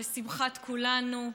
לשמחת כולנו,